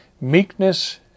meekness